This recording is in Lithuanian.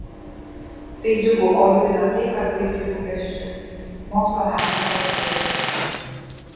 tai džiugu o liūdina tai kad buitinių rūpesčių mokslo metais padaugės